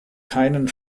keinen